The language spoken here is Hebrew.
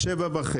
7:30